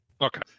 Okay